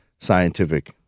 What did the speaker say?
scientific